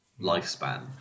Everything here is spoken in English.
lifespan